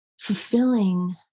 fulfilling